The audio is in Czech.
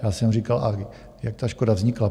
Já jsem říkal a jak ta škoda vznikla?